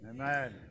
Amen